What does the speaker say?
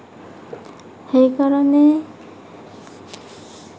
সেইকাৰণে